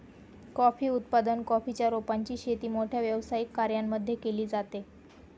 coffee उत्पादन, coffee च्या रोपांची शेती मोठ्या व्यावसायिक कर्यांमध्ये केली जाते